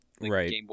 Right